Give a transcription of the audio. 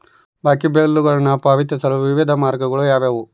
ಬಾಕಿ ಬಿಲ್ಗಳನ್ನು ಪಾವತಿಸಲು ವಿವಿಧ ಮಾರ್ಗಗಳು ಯಾವುವು?